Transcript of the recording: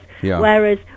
whereas